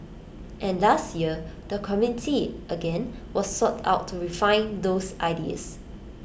and last year the community again was sought out to refine those ideas